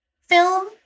film